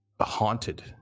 haunted